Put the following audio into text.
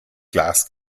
glas